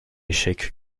échec